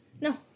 No